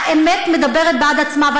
האמת מדברת בעד עצמה.